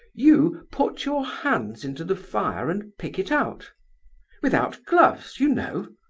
you put your hands into the fire and pick it out without gloves, you know.